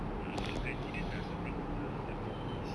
a'ah gaji dia tak seberapa tapi it's